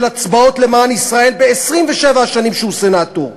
הצבעות למען ישראל ב-27 השנים שהוא סנטור.